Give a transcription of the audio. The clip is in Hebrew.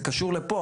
זה קשור לפה.